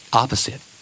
opposite